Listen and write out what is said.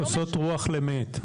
אפליקציות הן כוסות רוח למת.